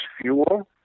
fuel